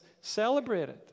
celebrated